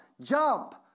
jump